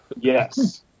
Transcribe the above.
Yes